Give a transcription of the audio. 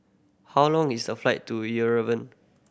how long is the flight to Yerevan